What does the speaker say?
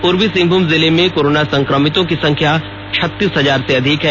पूर्वी सिंहभूम जिले में कोरोना संक्रमितों की संख्या छत्तीस हजार से अधिक है